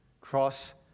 cross